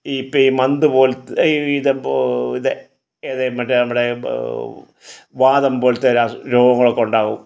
ഈ പി മന്ത് പോലത്തെ ഇത് ഇപ്പോൾ ഏത് മറ്റേ നമ്മുടെ വാതം പോലത്തെ രോഗങ്ങളൊക്കെ ഉണ്ടാകും